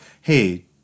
hey